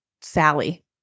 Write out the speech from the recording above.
Sally